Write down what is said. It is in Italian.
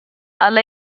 alla